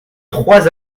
trois